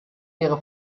ihre